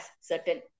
certain